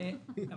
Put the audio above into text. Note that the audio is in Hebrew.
לא,